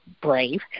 brave